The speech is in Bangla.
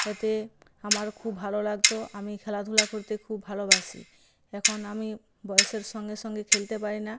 এতে আমার খুব ভালো লাগতো আমি খেলাধুলা করতে খুব ভালোবাসি এখন আমি বয়সের সঙ্গে সঙ্গে খেলতে পারি না